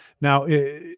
Now